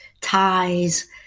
ties